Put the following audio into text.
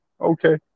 okay